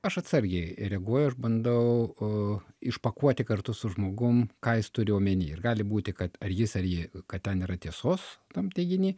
aš atsargiai reaguoju bandau išpakuoti kartu su žmogum ką jis turi omeny ir gali būti kad ar jis ar ji kad ten yra tiesos tam teiginy